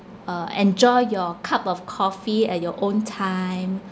uh enjoy your cup of coffee at your own time